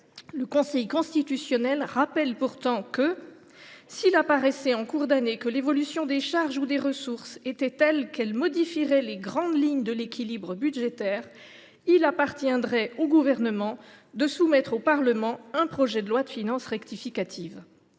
le Conseil constitutionnel rappelle pourtant ceci :« S’il apparaissait en cours d’année que l’évolution des charges ou des ressources était telle qu’elle modifierait les grandes lignes de l’équilibre budgétaire, il appartiendrait au Gouvernement de soumettre au Parlement un projet de loi de finances rectificative.